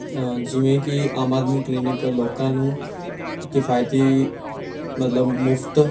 ਜਿਵੇਂ ਕਿ ਆਮ ਆਦਮੀ ਕਲੀਨਿਕ ਲੋਕਾਂ ਨੂੰ ਕਿਫਾਇਤੀ ਮਤਲਬ ਮੁਫ਼ਤ